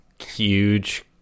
huge